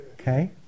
okay